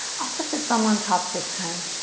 opposite thumb on top this time.